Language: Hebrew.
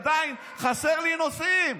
עדיין חסר לי נושאים.